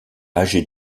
âgée